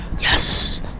Yes